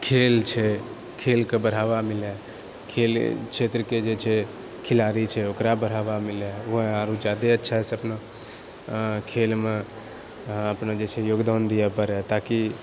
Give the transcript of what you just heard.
खेल छै खेलके बढ़ावा मिलै खेल क्षेत्रके जे छै खिलाड़ी छै ओकरा बढ़ावा मिलै ओहि आओर ओ ज्यादे अच्छासँ अपना खेलमे अपना जइसँ योगदान दिअऽ पड़ै ताकि